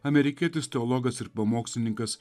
amerikietis teologas ir pamokslininkas